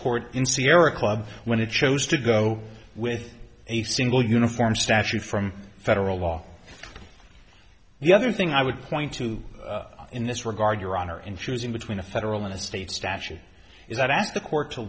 court in sierra club when it chose to go with a single uniform statute from federal law the other thing i would point to in this regard your honor in choosing between a federal and state statute is that i ask the court to